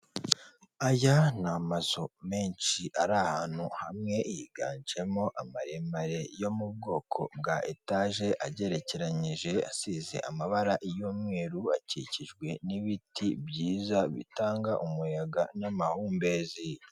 Aya ni amazu menshi ari ahantu hamwe, yiganjemo amaremare yo mu bwoko bwa etaje, agerekeranyije asize amabara y'umweru, akikijwe n'ibiti byiza bitanga umuyaga n'amahumbezi.